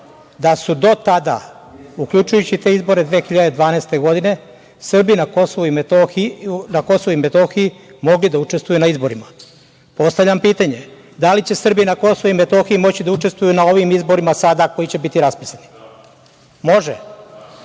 da su do tada, uključujući te izbore 2012. godine, Srbi na KiM mogli da učestvuju na izborima. Postavljam pitanje – da li će Srbi na KiM moći da učestvuju na ovim izborima sada koji će biti raspisani?(Aleksandar